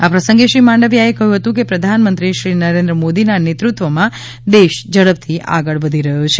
આ પ્રસંગે શ્રી માડવીયાએ કહ્યું હતું કે પ્રધાનમંત્રીશ્રી નરેન્દ્ર મોદીના નેતૃત્વમાં દેશ ઝડપથી આગળ વધી રહ્યો છે